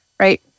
Right